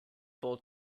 full